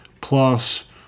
plus